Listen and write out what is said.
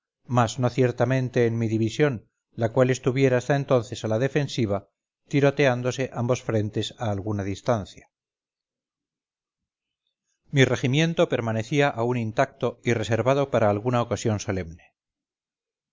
mas no ciertamente en mi división la cual estuviera hasta entonces a la defensiva tiroteándose ambos frentes a alguna distancia mi regimiento permanecía aún intacto y reservado para alguna ocasión solemne